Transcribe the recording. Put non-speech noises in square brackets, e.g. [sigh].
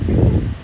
[noise]